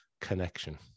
connection